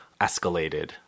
escalated